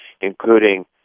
including